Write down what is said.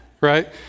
right